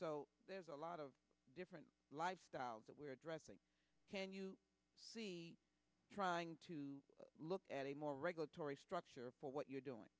so there's a lot of different lifestyles that we're addressing can you see trying to look at a more regulatory structure for what you're